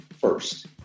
first